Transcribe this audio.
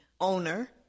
owner